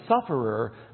sufferer